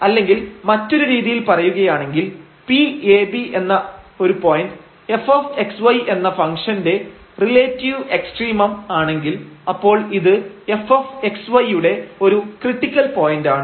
അല്ലെങ്കിൽ മറ്റൊരു രീതിയിൽ പറയുകയാണെങ്കിൽ P ab എന്ന ഒരു പോയന്റ് fxy എന്ന ഫംഗ്ഷന്റെ റിലേറ്റീവ് എക്സ്ട്രീമം ആണെങ്കിൽ അപ്പോൾ ഇത് fxy യുടെ ഒരു ക്രിട്ടിക്കൽ പോയന്റാണ്